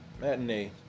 matinee